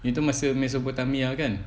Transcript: itu masa mesopotamia kan